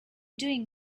doing